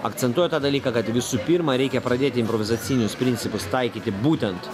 akcentuoju tą dalyką kad visų pirma reikia pradėti improvizacinius principus taikyti būtent